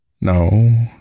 No